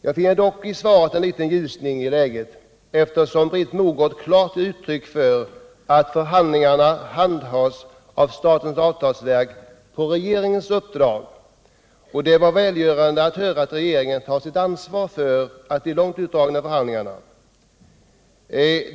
Jag finner dock i svaret en liten ljusning i läget, eftersom Britt Mogård klart ger uttryck för att förhandlingarna handhas av statens avtalsverk på regeringens uppdrag. Det var välgörande att höra att regeringen tar sitt ansvar för de långt utdragna förhandlingarna.